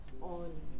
on